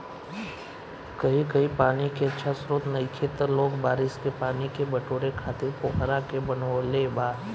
कही कही पानी के अच्छा स्त्रोत नइखे त लोग बारिश के पानी के बटोरे खातिर पोखरा के बनवले बा